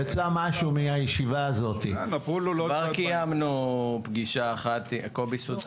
כבר קיימנו ישיבה אחת עם קובי.